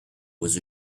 was